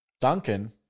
Duncan